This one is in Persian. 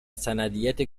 سندیت